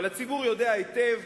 אבל הציבור יודע היטב